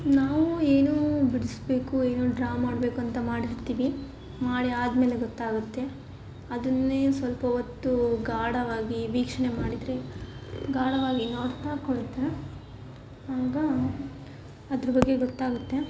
ನಾವು ಏನೋ ಬಿಡಿಸ್ಬೇಕು ಏನೋ ಡ್ರಾ ಮಾಡಬೇಕು ಅಂತ ಮಾಡಿರ್ತೀವಿ ಮಾಡಿ ಆದಮೇಲೆ ಗೊತ್ತಾಗುತ್ತೆ ಅದನ್ನೇ ಸ್ವಲ್ಪ ಹೊತ್ತು ಗಾಢವಾಗಿ ವೀಕ್ಷಣೆ ಮಾಡಿದರೆ ಗಾಢವಾಗಿ ನೋಡ್ತಾ ಕುಳಿತರೆ ಆಗ ಅದ್ರ ಬಗ್ಗೆ ಗೊತ್ತಾಗುತ್ತೆ